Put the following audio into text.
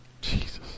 Jesus